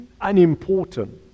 unimportant